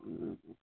हूँ